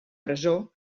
presó